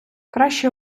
краще